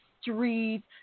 streets